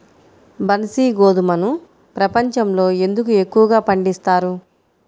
బన్సీ గోధుమను ప్రపంచంలో ఎందుకు ఎక్కువగా పండిస్తారు?